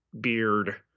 beard